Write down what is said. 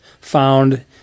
found